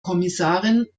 kommissarin